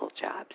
jobs